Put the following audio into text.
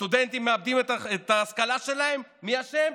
סטודנטים מאבדים את ההשכלה שלהם, מי אשם?